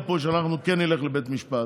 שתפנה למזכירת הכנסת.